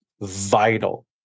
vital